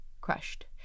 crushed